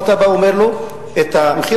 מלמידה מעמיקה